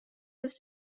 was